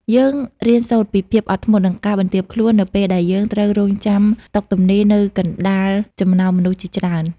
យើងរៀនសូត្រពីភាពអត់ធ្មត់ និងការបន្ទាបខ្លួន នៅពេលដែលយើងត្រូវរង់ចាំតុទំនេរនៅកណ្តាលចំណោមមនុស្សជាច្រើន។